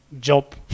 job